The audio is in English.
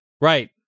Right